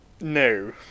no